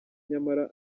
nyamara